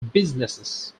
businesses